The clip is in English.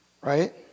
right